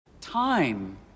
Time